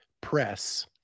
press